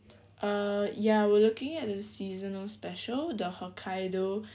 uh ya we're looking at the seasonal special the hokkaido